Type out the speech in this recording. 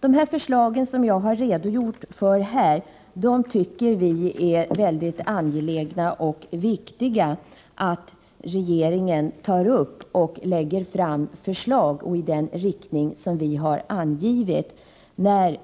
De förslag som jag redogjort för här tycker vi i vpk att det är mycket angeläget att regeringen tar upp och i sin tur lägger fram förslag om, i den riktning som vi har angivit, när